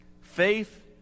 Faith